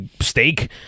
steak